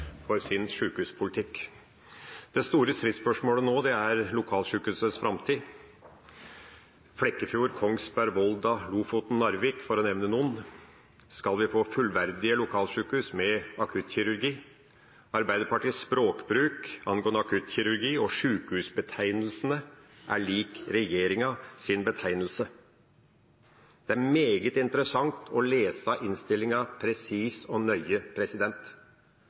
for sin sjukehuspolitikk. Det store stridsspørsmålet nå er lokalsjukehusets framtid – Flekkefjord, Kongsberg, Volda, Lofoten, Narvik, for å nevne noen. Skal vi få fullverdige lokalsjukehus med akuttkirurgi? Arbeiderpartiets språkbruk angående akuttkirurgi og sjukehusbetegnelsene er lik regjeringas betegnelse. Det er meget interessant å lese innstillinga presist og nøye.